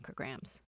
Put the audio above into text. micrograms